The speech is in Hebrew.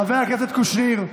חבר הכנסת קושניר,